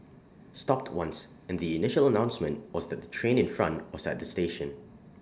stopped once and the initial announcement was that the train in front was at the station